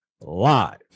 live